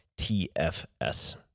TFS